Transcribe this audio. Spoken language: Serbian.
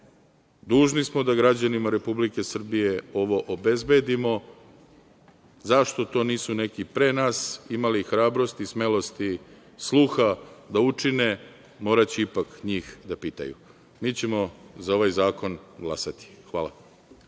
dužni smo da građanima Republike Srbije ovo obezbedimo. Zašto to nisu neki pre nas imali hrabrosti i smelosti, sluha da učine, moraće ipak njih da pitaju. Mi ćemo za ovaj zakon glasati. Hvala